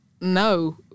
no